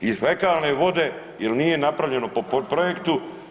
I fekalne vode jer nije napravljeno po projektu.